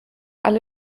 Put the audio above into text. alle